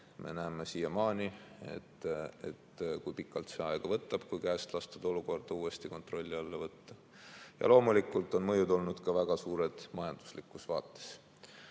Me näeme siiamaani, kui pikalt võtab aega, et käest lastud olukord uuesti kontrolli alla saada. Ja loomulikult on mõjud olnud väga suured ka majanduslikus vaates.